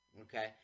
okay